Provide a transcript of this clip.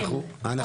אין, אוקיי.